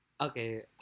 Okay